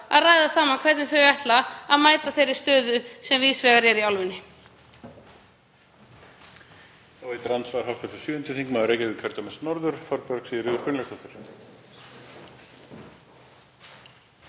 að ræða saman um hvernig hún ætlar að mæta þeirri stöðu sem víðs vegar er uppi í álfunni.